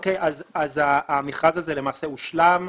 המכרז הזה למעשה הושלם.